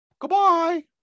Goodbye